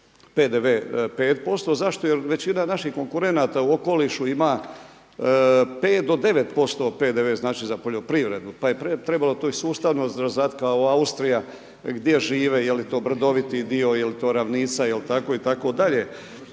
PDV. Zašto? Jer većina naših konkurenata u okolišu ima 5 do 9% PDV znači za poljoprivredu pa je trebalo to i sustavno … kao Austrija gdje žive jeli to brdoviti dio, jeli to ravnica itd. dakle